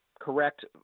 correct